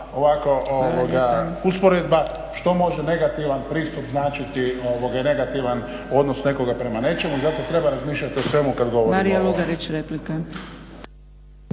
ovako usporedba što može negativan pristup značiti i negativan odnos nekoga prema nečemu. Zato treba razmišljati o svemu kad govorimo.